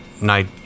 Night